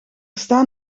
staan